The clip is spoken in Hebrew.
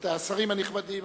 רבותי השרים הנכבדים,